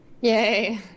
Yay